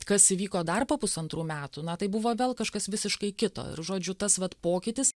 kas įvyko dar po pusantrų metų na tai buvo vėl kažkas visiškai kito ir žodžiu tas vat pokytis